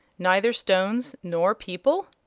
neither stones nor people?